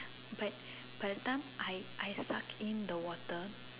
but by the time I suck in the water